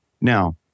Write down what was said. Now